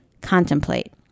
contemplate